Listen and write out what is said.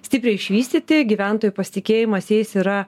stipriai išvystyti gyventojų pasitikėjimas jais yra